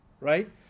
Right